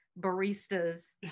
barista's